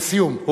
לסיום.